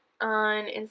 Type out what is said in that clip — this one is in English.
on